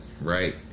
right